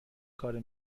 کارو